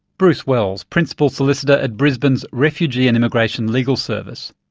bruce wells, principal solicitor at brisbane's refugee and immigration legal service.